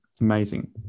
amazing